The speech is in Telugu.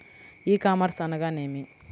ఈ కామర్స్ అనగా నేమి?